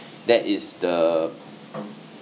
that is the